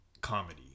Comedy